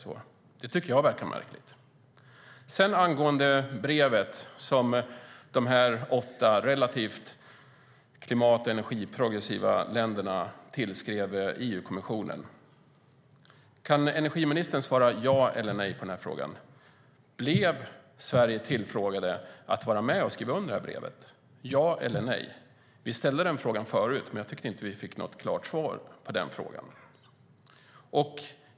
Kan energiministern svara ja eller nej på denna fråga som gäller brevet som de åtta relativt klimat och energiprogressiva länderna skrev till EU-kommissionen: Blev Sverige tillfrågat om att vara med och skriva under brevet? Ja eller nej? Vi ställde den frågan förut, men jag tyckte inte att vi fick ett klart svar.